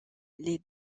les